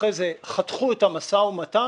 ואחרי כן חתכו את המשא ומתן,